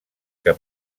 que